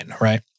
right